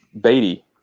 Beatty